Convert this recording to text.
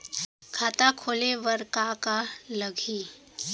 खाता खोले बार का का लागही?